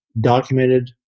documented